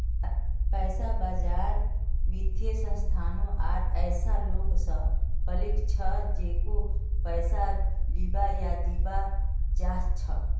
पैसा बाजार वित्तीय संस्थानों आर ऐसा लोग स बनिल छ जेको पैसा लीबा या दीबा चाह छ